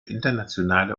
internationale